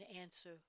answer